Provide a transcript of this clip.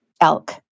elk